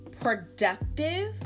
productive